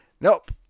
Nope